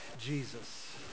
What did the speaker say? Jesus